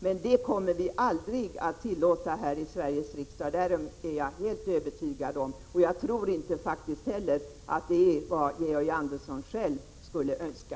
Men det kommer vi här i Sveriges riksdag aldrig att tillåta; därom är jag helt övertygad. Jag tror faktiskt inte heller att det är vad Georg Andersson själv skulle önska.